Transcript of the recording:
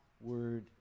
word